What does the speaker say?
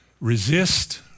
resist